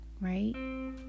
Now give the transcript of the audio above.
Right